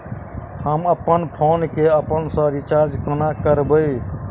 हम अप्पन फोन केँ अपने सँ रिचार्ज कोना करबै?